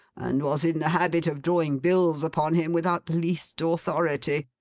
and was in the habit of drawing bills upon him without the least authority!